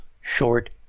short